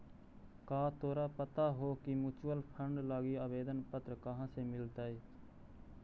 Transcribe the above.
का तोरा पता हो की म्यूचूअल फंड लागी आवेदन पत्र कहाँ से मिलतई?